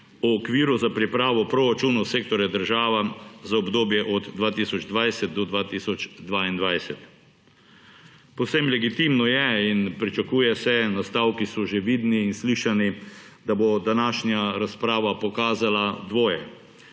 o okviru za pripravo proračunov sektorja država za obdobje od 2020 do 2022. Povsem legitimno je in pričakuje se, nastavki so že vidni in slišani, da bo današnja razprava pokazala dvoje.